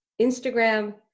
Instagram